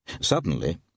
Suddenly